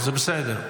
זה בסדר.